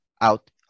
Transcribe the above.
out